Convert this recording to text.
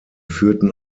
führten